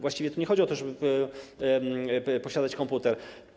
Właściwie tu nie chodzi o to, żeby posiadać komputer.